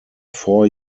four